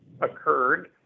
occurred